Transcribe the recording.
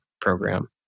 Program